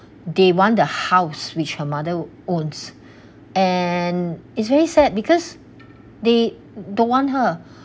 they want the house which her mother owns and it's very sad because they don't want her